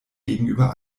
gegenüber